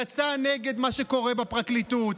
יצא נגד מה שקורה בפרקליטות,